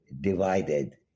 divided